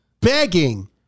begging